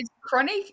chronic